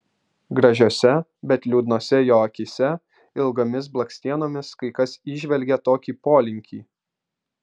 gražiose bet liūdnose jo akyse ilgomis blakstienomis kai kas įžvelgia tokį polinkį